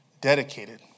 dedicated